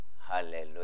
Hallelujah